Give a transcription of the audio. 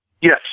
Yes